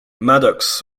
maddox